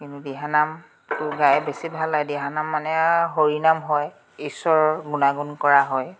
কিন্তু দিহানামটো গাই বেছি ভাল লাগে দিহানাম মানে আৰু হৰিনাম হয় ঈশ্বৰৰ গুণাগুন কৰা হয়